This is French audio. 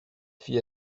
fit